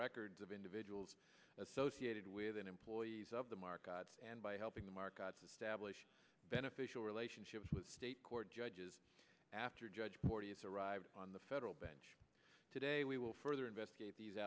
records of individuals associated with an employees of the market and by helping the markets establish beneficial relationships with state court judges after judge porteous arrived on the federal bench today we will further investigate these